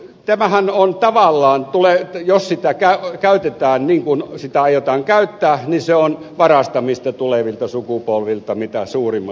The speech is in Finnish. tämähän on tavallaan jos sitä käytetään niin kuin sitä aiotaan käyttää varastamista tulevilta sukupolvilta mitä suuremmissa määrin